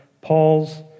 Paul's